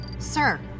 Sir